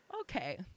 Okay